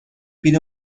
pide